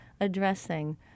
addressing